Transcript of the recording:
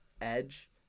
edge